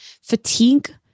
fatigue